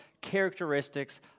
characteristics